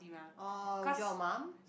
orh with your mum